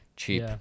Cheap